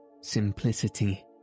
simplicity